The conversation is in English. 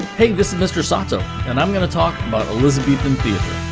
hey. this is mr. sato and i'm going to talk about elizabethan theatre.